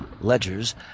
ledgers